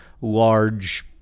large